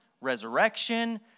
resurrection